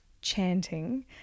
chanting